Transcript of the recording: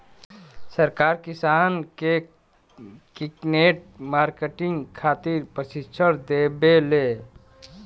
सरकार किसान के नेट मार्केटिंग खातिर प्रक्षिक्षण देबेले?